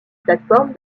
plateforme